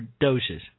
doses